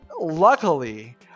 luckily